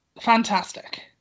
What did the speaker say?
fantastic